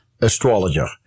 astrologer